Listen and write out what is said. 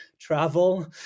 travel